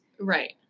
Right